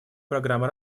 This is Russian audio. программы